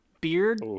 beard